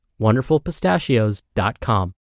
wonderfulpistachios.com